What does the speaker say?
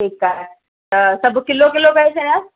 ठीकु आहे त सभु किलो किलो करे छॾियांसि